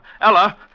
Ella